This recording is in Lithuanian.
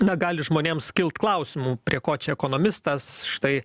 na gali žmonėms kilt klausimų prie ko čia ekonomistas štai